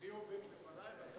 "ליאו בק" לפני ואתה